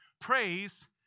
Praise